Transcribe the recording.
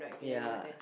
ya